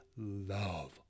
love